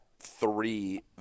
three